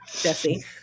Jesse